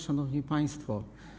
Szanowni Państwo!